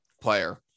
player